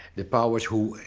the powers who,